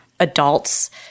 adults